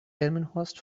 delmenhorst